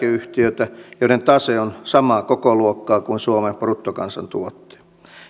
hallitsee pari työeläkeyhtiötä joiden tase on samaa kokoluokkaa kuin suomen bruttokansantuotteen